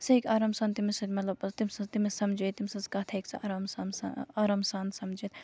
سُہ ہیٚکہِ آرام سان تٔمِس سۭتۍ مطلب تٔمۍ سٕنٛز تمِس سمجٲیِتھ تٔمۍ سٕنٛز کَتھ ہیٚکہِ سُہ آرام سان آرام سان سَمجِتھ